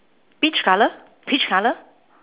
peach colour peach colour